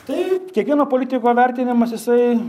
taip kiekvieno politiko vertinimas jisai